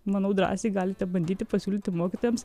manau drąsiai galite bandyti pasiūlyti mokytojams